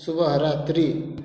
सुबह रात्रि